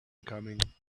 coming